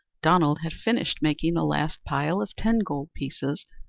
donald had finished making the last pile of ten gold pieces.